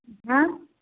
हां